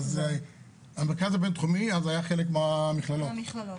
המרכז הבין-תחומי אז היה חלק מהמכללות.